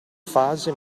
fase